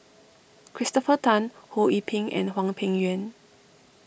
Christopher Tan Ho Yee Ping and Hwang Peng Yuan